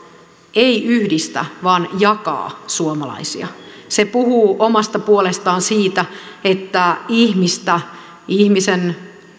ei yhdistä vaan jakaa suomalaisia se puhuu omasta puolestaan siitä että ihmistä ihmisen